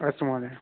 अस्तु महोदय